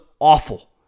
awful